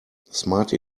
smart